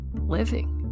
living